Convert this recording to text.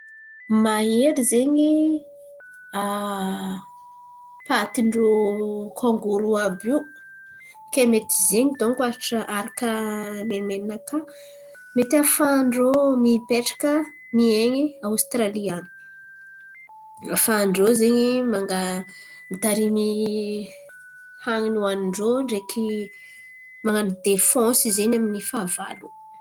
Mahery zen̈y paty irô kangoro àby io kay mety zay donko arak'in̈y menimeninakà mety ahafah'irô mipetraka miain̈y a ôstralia. Ahafahan'irô zen̈y mitarimy hanina hoanin-drô ndraiky man̈ano defensy amy ny fahavalo.